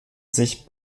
sich